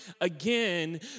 again